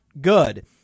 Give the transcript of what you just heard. good